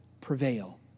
prevail